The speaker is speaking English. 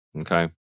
Okay